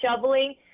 shoveling